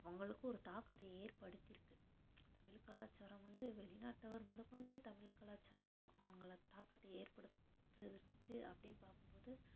அவங்களுக்கும் ஒரு தாக்கத்தை ஏற்படுத்திருக்குது தமிழ் கலாச்சாரம் வந்து வெளிநாட்டவர் முதக்கொண்டு தமிழ் கலாச்சாரம் அவங்கள தாக்கத்தை ஏற்படுத்தியிருக்குது அப்படினு பார்க்கும் போது